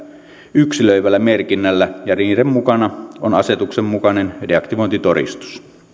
yksilöivällä merkinnällä ja niiden mukana on asetuksen mukainen deaktivointitodistus